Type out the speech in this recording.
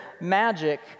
magic